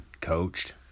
coached